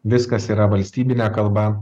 viskas yra valstybine kalba